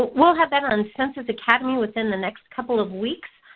we'll have that on census academy within the next couple of weeks,